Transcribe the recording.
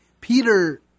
Peter